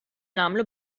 nagħmlu